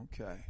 Okay